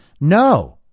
No